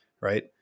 Right